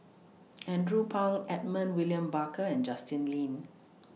Andrew Phang Edmund William Barker and Justin Lean